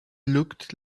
looked